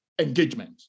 Engagement